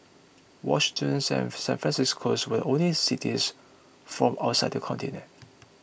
Washington San San Francisco's were the only cities from outside the continent